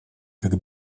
как